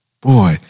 boy